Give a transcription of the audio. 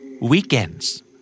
Weekends